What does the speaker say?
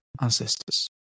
ancestors